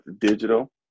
digital